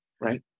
Right